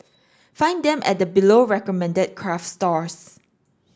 find them at the below recommended craft stores